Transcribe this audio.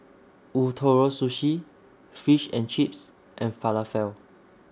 Ootoro Sushi Fish and Chips and Falafel